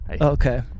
Okay